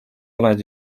oled